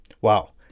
Wow